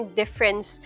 difference